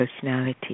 personality